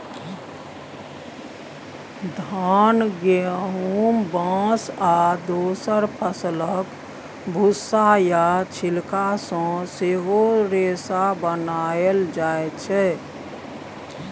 धान, गहुम, बाँस आ दोसर फसलक भुस्सा या छिलका सँ सेहो रेशा बनाएल जाइ छै